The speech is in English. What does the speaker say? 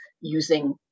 using